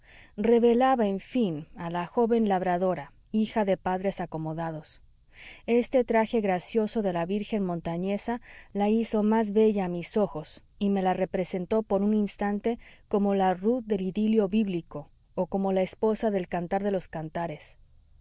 revelaba en fin a la joven labradora hija de padres acomodados este traje gracioso de la virgen montañesa la hizo más bella a mis ojos y me la representó por un instante como la ruth del idilio bíblico o como la esposa del cantar de los cantares